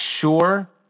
sure